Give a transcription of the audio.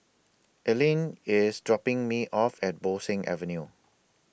Earlene IS dropping Me off At Bo Seng Avenue